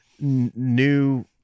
new